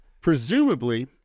Presumably